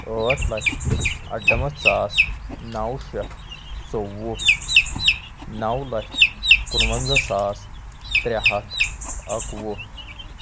ٲٹھ لَچھ اَرنَمَتھ ساس نَو شَتھ ژوٚوُہ نَو لَچھ کُنہٕ وَنزاہ ساس ترٛے ہَتھ اَکہٕ وُہ